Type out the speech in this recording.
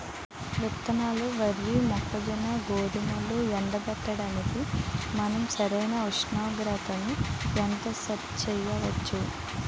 విత్తనాలు వరి, మొక్కజొన్న, గోధుమలు ఎండబెట్టడానికి మనం సరైన ఉష్ణోగ్రతను ఎంత సెట్ చేయవచ్చు?